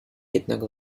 jednak